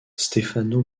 stefano